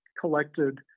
collected